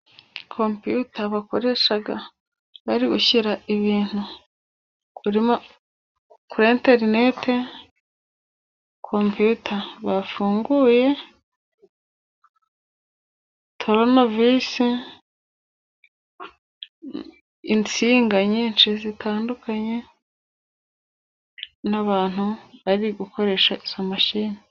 Kompiyuta bakoresha bari gushyira ibintu kuri interinete, kompiyuta bafunguye turunevisi insinga nyinshi zitandukanye, n'abantu bari gukoresha izo mashini.